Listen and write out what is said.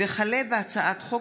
הצעת חוק